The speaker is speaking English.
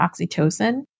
oxytocin